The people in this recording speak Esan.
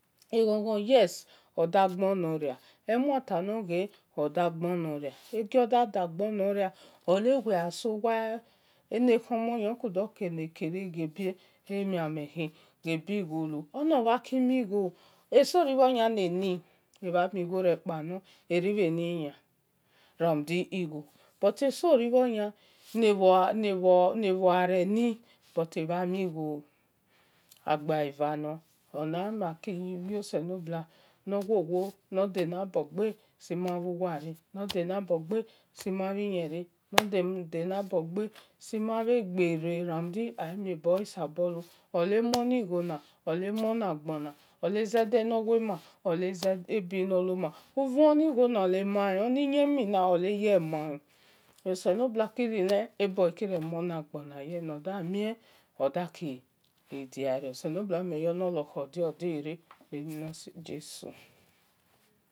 Eghon- ghon yes odagbon noria emua ta nor ghe odgbonoria egioda dagbo noria ole ghe wegha suwa elekhoi mhon nia wedokere ghebie emiame khi bhi gho-lu enomhaki mhi gho ehoso ronia nani emami gho rekpalor eribheni ya ramude ema mi gho but eso ribho nia nebhor bhor ghare ni but ebha mi gho agba e va no ona ma ki limi bhio selo bha na wowo no danabo gbe simabhuwa re no delabo gbe sima bhi yen re nadelabo gbe sima bhe gbere ramude amie boi sabolu ole mue ni gho na onagbam ole zede nowe ma ole zede nor loma enigho na oleyean oselobua ki-ye len ebole ki ya muo na gbona oleze no da mie oki da diario selobua nor dolo khor dio diere bhe ni nosi jesu